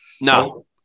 No